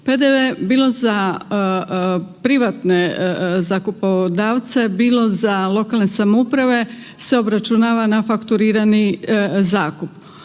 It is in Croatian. PDV bilo za privatne zakupodavce, bilo za lokalne samouprave, se obračunava na fakturirani zakup.